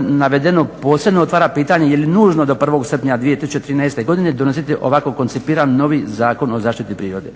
navedeno posebno otvara pitanje je li nužno do 1. srpnja 2013. godine donositi ovako koncipiran novi Zakon o zaštiti prirode.